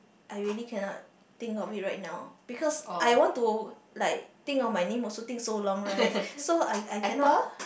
I really cannot think of it right now because I want to like think of my name also think so long right so I I cannot